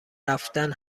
رفتن